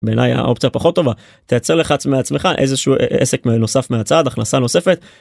בעיני האופציה פחות טובה. תיצר לך עצ.. עצמך איזשהו עסק נוסף מהצד, הכנסה נוספת.